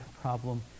problem